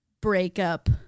breakup